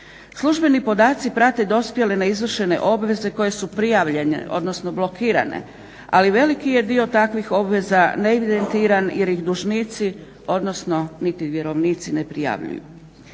Službeni podaci prate dospjele neizvršene obveze koje su prijavljene, odnosno blokirane, ali veliki je dio takvih obaveza neevidentiran jer ih dužnici, odnosno niti vjerovnici ne prijavljuju.